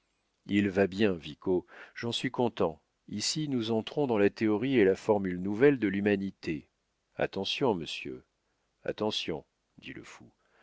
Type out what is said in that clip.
il va bien vico j'en suis content ici nous entrons dans la théorie et la formule nouvelle de l'humanité attention monsieur attention dit le fou